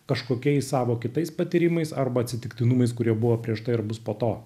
kažkokiais savo kitais patyrimais arba atsitiktinumais kurie buvo prieš tai ar bus po to